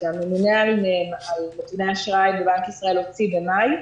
שהממונה על נתוני אשראי בבנק ישראל הוציא במאי,